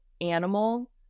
animal